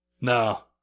No